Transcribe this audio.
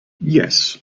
yes